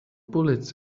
bullets